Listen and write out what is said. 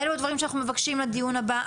אלה הדברים שאנחנו מבקשים לדיון הבא.